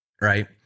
right